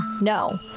No